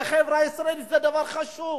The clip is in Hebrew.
לחברה הישראלית זה דבר חשוב,